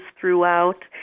throughout